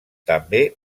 també